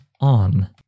on